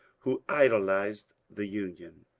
who idolized the union.